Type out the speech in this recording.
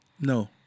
No